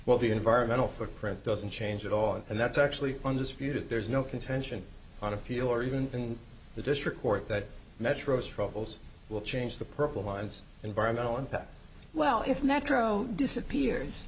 well the environmental footprint doesn't change at all and that's actually undisputed there's no contention on appeal or even in the district court that metro's troubles will change the purple minds environmental impact well if metro disappears